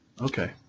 Okay